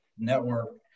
network